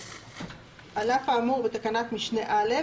(ב)על אף האמור בתקנת משנה (א),